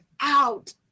out